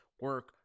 Work